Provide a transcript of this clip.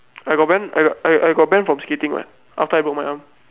I got ban I I got banned from skating [what] after I broke my arm